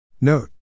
Note